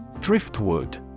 Driftwood